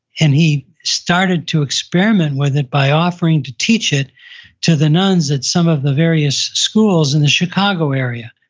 and he started to experiment with it by offering to teach it to the nuns at some of the various schools in the chicago area.